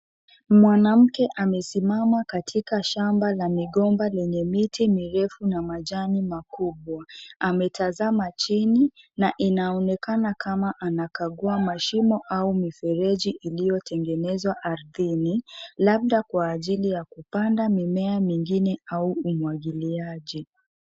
Mwanamke amesimama katika shamba la migomba lenye miti mirefu na majani makubwa, ametazama chini na inaonekana ni kama anakugua mashimo au mifereji iliyotengenezwa ardhini labda kwa ajili ya kupanda mimea mingine au umwagiliaji.